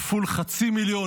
כפול 0.5 מיליון.